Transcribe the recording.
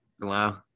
Wow